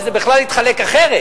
שזה בכלל התחלק אחרת,